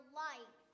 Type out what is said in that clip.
life